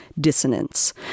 dissonance